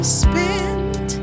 spend